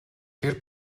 тэр